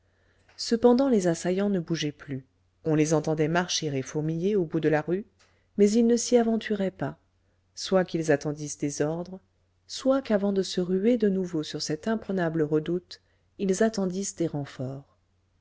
cependant les assaillants ne bougeaient plus on les entendait marcher et fourmiller au bout de la rue mais ils ne s'y aventuraient pas soit qu'ils attendissent des ordres soit qu'avant de se ruer de nouveau sur cette imprenable redoute ils attendissent des renforts